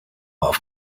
off